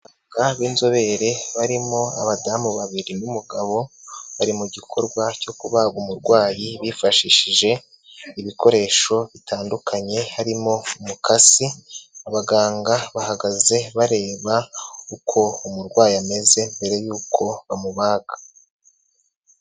Abaganga b'inzobere barimo abadamu babiri n'umugabo, bari mu gikorwa cyo kubaga umurwayi bifashishije ibikoresho bitandukanye, harimo imikasi, abaganga bahagaze bareba uko umurwayi ameze, mbere y'uko bamubaga.